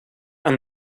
and